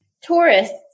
tourists